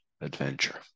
adventure